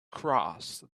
cross